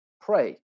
pray